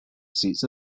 seats